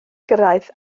gyrraedd